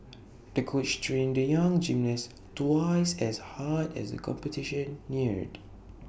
the coach trained the young gymnast twice as hard as the competition neared